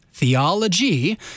theology